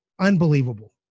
unbelievable